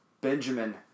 Benjamin